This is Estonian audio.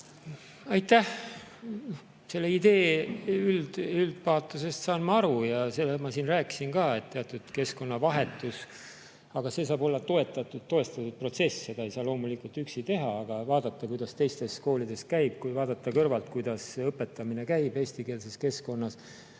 Aitäh! Selle idee üldpaatosest saan ma aru ja sellest ma siin rääkisin ka, et [võiks kaaluda] teatud keskkonnavahetust. Aga see saab olla toestatud protsess, seda ei saa loomulikult üksi teha. Vaadata, kuidas teistes koolides käib, vaadata kõrvalt, kuidas õpetamine käib eestikeelses keskkonnas,